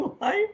life